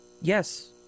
Yes